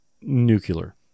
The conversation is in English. nuclear